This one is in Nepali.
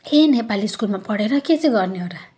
ए नेपाली स्कुलमा पढेर के चाहिँ गर्नु हो र